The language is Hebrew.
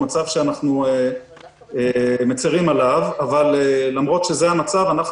הוא מצב שאנחנו מצרים עליו אבל למרות שזה המצב אנחנו